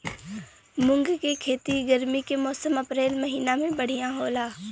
मुंग के खेती गर्मी के मौसम अप्रैल महीना में बढ़ियां होला?